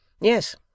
yes